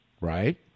Right